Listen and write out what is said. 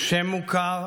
שם מוכר,